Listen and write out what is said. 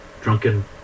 drunken